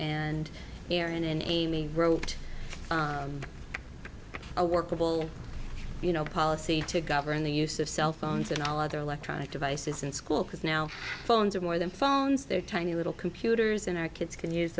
an amy wrote a workable you know policy to govern the use of cell phones and all other electronic devices in school because now phones are more than phones they're tiny little computers in our kids can use